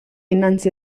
innanzi